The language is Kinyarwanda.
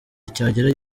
cyagera